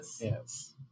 Yes